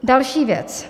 Další věc.